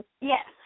Yes